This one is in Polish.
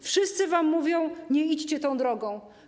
Wszyscy wam mówią: nie idźcie tą drogą.